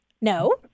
No